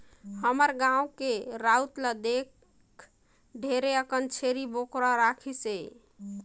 हमर गाँव के राउत ल देख ढेरे अकन छेरी बोकरा राखिसे